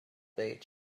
beach